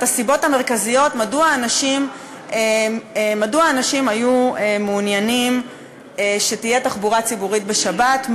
הסיבות המרכזיות מדוע אנשים היו מעוניינים שתהיה תחבורה ציבורית בשבת,